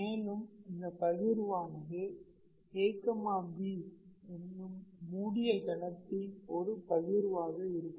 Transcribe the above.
மேலும் இந்த பகிர்வானது ab என்னும் மூடிய கணத்தின் ஓர் பகிர்வாக இருக்கும்